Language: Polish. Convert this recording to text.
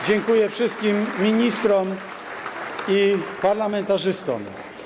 Dziękuję wszystkim ministrom i parlamentarzystom.